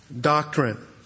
doctrine